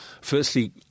firstly